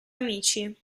amici